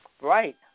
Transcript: Right